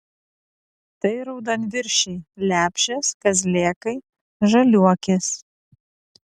tai raudonviršiai lepšės kazlėkai žaliuokės